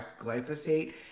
glyphosate